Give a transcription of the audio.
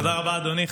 תודה רבה, אדוני.